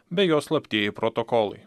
bei jo slaptieji protokolai